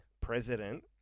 president